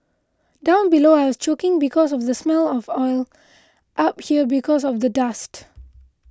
down below I was choking because of the smell of oil up here because of the dust